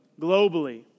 Globally